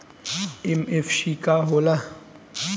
MFC का हो़ला?